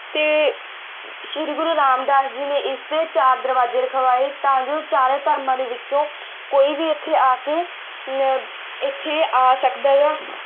ਅਤੇ ਸ਼੍ਰੀ ਗੁਰੂ ਰਾਮਦਾਸ ਜੀ ਨੇ ਇਸ ਦੇ ਚਾਰ ਦਰਵਾਜੇ ਰਖਵਾਏ ਤਾਂ ਜੋ ਚਾਰੇ ਧਰਮਾਂ ਦੇ ਵਿੱਚੋਂ ਕੋਈ ਵੀ ਇੱਥੇ ਆ ਕੇ ਇੱਥੇ ਆ ਸਕਦਾ ਹੈਗਾ